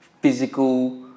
physical